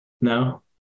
no